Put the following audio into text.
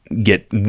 get